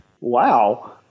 Wow